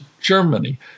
Germany